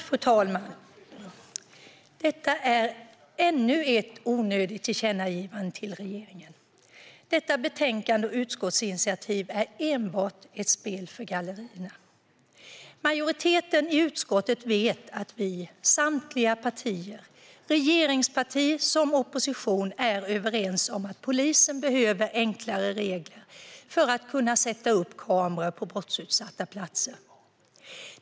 Fru talman! Detta är ännu ett onödigt tillkännagivande till regeringen. Detta betänkande och utskottsinitiativ är enbart ett spel för gallerierna. Majoriteten i utskottet vet att vi - samtliga partier, regeringspartier som opposition - är överens om att polisen behöver enklare regler för att kunna sätta upp kameror på brottsutsatta platser.